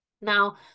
Now